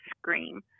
scream